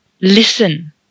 Listen